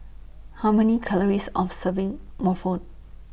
How Many Calories of Serving Mofforen